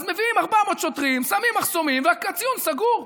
אז מביאים 400 שוטרים, שמים מחסומים והציון סגור.